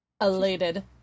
Elated